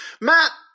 Matt